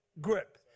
grip